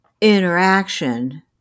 interaction